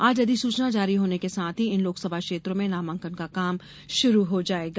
आज अधिसूचना जारी होने के साथ ही इन लोकसभा क्षेत्रों में नामांकन का काम शुरू हो जायेगा